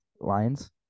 Lions